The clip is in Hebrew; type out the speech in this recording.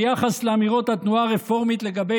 ביחס לאמירות התנועה הרפורמית לגבי